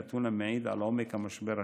נתון המעיד על עומק המשבר הכלכלי.